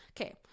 okay